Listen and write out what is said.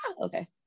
okay